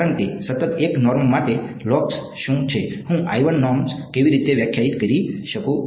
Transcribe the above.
કારણ કે સતત 1 નોર્મ માટે લોકસ શું છે હું નોર્મ કેવી રીતે વ્યાખ્યાયિત કરી શકું